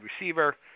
receiver